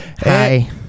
Hi